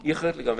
היא אחרת לגמרי.